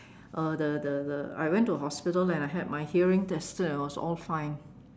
uh the the the I went to the hospital and I had my hearing tested and it was all fine